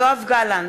יואב גלנט,